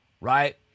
Right